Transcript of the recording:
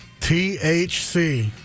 THC